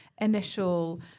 initial